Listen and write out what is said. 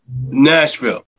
Nashville